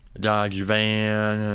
dodge van,